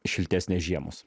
šiltesnės žiemos